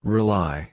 Rely